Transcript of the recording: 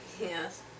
Yes